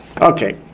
okay